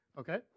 okay